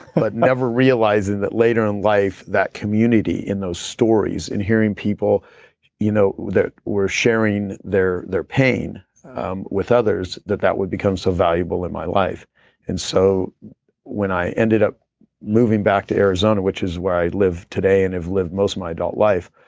but never realizing that later in life that community, and those stories and hearing people you know that we're sharing their their pain um with others that that would become so valuable in my life and so when i ended up moving back to arizona, which is where i live today and i've lived most of my adult life,